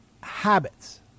habits